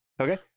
Okay